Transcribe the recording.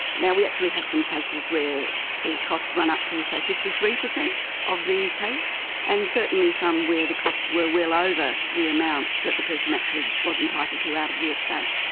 and yeah we actually have some cases where the costs run up to, say, fifty three percent of the case, and certainly some where the costs were well over the amount that the person actually was entitled to out of the estate.